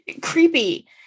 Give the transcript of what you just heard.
creepy